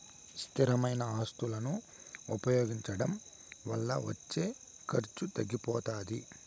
స్థిరమైన ఆస్తులను ఉపయోగించడం వల్ల వచ్చే ఖర్చు తగ్గిపోతాది